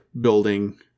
building